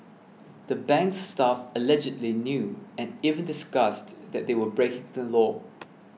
the bank's staff allegedly knew and even discussed that they were breaking the law